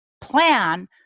plan